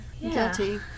guilty